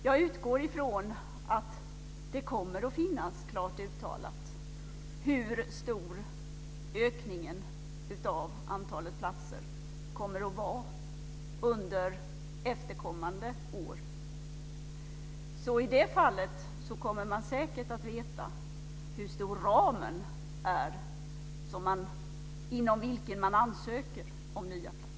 Jag utgår från att det kommer att finnas klart uttalat hur stor ökningen av antalet platser kommer att vara under efterkommande år, så i det fallet kommer man säkert att veta hur stor ramen inom vilken man ansöker om nya platser är.